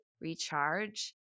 recharge